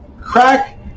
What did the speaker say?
crack